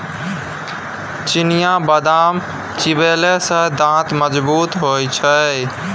चिनियाबदाम चिबेले सँ दांत मजगूत होए छै